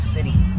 City